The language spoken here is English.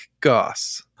Goss